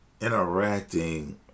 interacting